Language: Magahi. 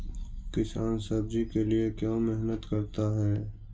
किसान सब्जी के लिए क्यों मेहनत करता है?